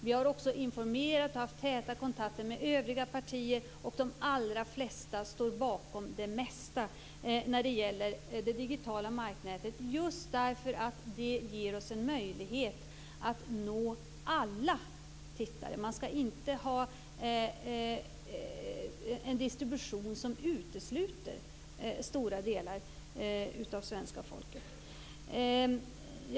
Vi har informerat och haft täta kontakter också med övriga partier, och de allra flesta står bakom det mesta när det gäller det digitala marknätet just därför att det ger en möjlighet att nå alla tittare. En distribution skall inte utesluta stora delar av svenska folket.